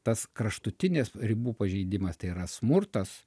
tas kraštutinis ribų pažeidimas tai yra smurtas